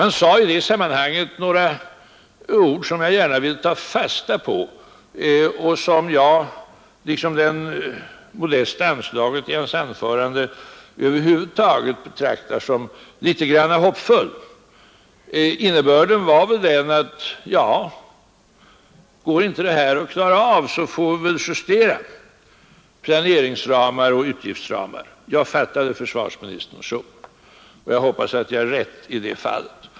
Han sade i det sammanhanget några ord som jag gärna vill ta fasta på och betrakta — liksom det modesta anslaget i hans anförande — som en smula hoppfullt. Innebörden var: Går inte det här att klara så får vi väl justera planeringsramar och utgiftsramar. Jag fattade försvarsministern så, och jag hoppas jag har rätt i det fallet.